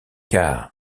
car